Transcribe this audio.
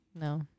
No